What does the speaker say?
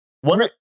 one